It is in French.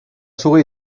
souris